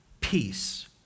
peace